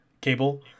cable